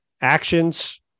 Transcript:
Actions